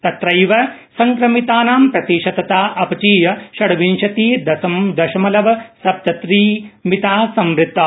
तत्रैव संक्रमिताना प्रतिशतता अपचीय षड्विंशति दशमलव सप्त त्रि मिता संवत्ता